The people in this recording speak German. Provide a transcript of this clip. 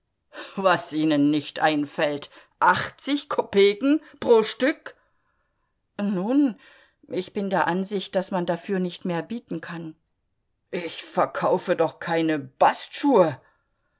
was ihnen nicht einfällt achtzig kopeken pro stück nun ich bin der ansicht daß man dafür nicht mehr bieten kann ich verkaufe doch keine bastschuhe